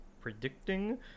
Predicting